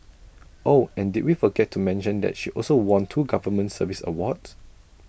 oh and did we forget to mention that she also won two government service awards